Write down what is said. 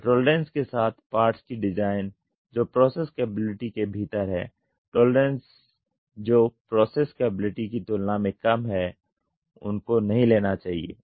तो टॉलरेंसेस के साथ पार्ट्स की डिजाइन जो प्रोसेस कैपेबिलिटी के भीतर हैं टॉलरेंसेस जो प्रोसेस कैपेबिलिटी की तुलना में कम हैं उनको नहीं लेना चाहिए